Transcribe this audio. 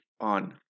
on